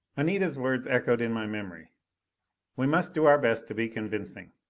anita's words echoed in my memory we must do our best to be convincing.